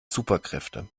superkräfte